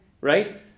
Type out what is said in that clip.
right